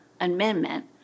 amendment